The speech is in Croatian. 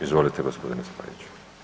Izvolite gospodine Spajiću.